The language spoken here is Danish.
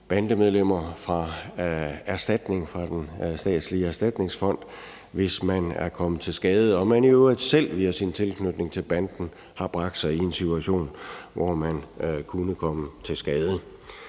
bandemedlemmer fra erstatning fra den statslige erstatningsfond, hvis de er kommet til skade og de i øvrigt selv via deres tilknytning til banden har bragt sig i en situation, som har gjort, at de er kommet til skade.